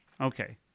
Okay